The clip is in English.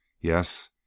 Yes